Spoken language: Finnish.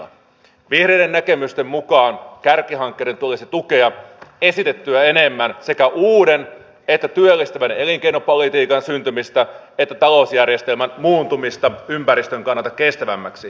vihreiden näkemysten mukaan kärkihankkeiden tulisi tukea esitettyä enemmän sekä uuden että työllistävän elinkeinopolitiikan syntymistä ja talousjärjestelmän muuntumista ympäristön kannalta kestävämmäksi